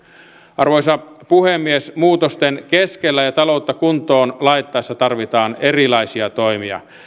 arvoisa puhemies muutosten keskellä ja taloutta kuntoon laittaessa tarvitaan erilaisia toimia